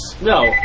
No